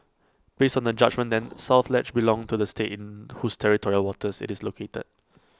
based on the judgement then south ledge belonged to the state in whose territorial waters IT is located